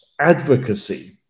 advocacy